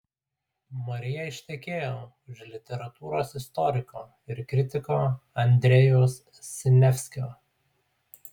marija ištekėjo už literatūros istoriko ir kritiko andrejaus siniavskio